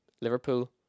Liverpool